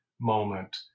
moment